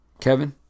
Kevin